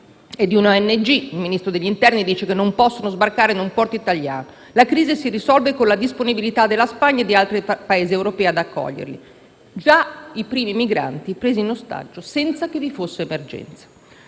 (ONG) e il Ministro sostiene che non possono sbarcare in un porto italiano. La crisi si risolve con la disponibilità della Spagna e di altri Paesi europei ad accoglierli: già i primi migranti sono stati presi in ostaggio senza che vi fosse emergenza.